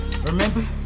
Remember